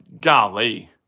golly